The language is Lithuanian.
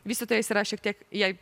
vystytojas yra šiek tiek jei